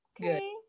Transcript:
Okay